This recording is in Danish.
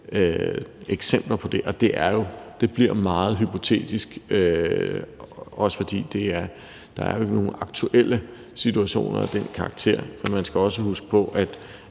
eksempler på det, og det bliver jo meget hypotetisk, også fordi der ikke er nogen aktuelle situationer af den karakter. Man skal også huske på, at